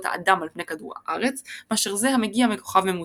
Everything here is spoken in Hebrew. האדם על פני כדור הארץ מאשר זה המגיע מכוכב ממוצע.